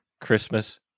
Christmas